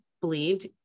believed